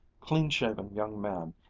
clean-shaven young man,